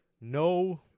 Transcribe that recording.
no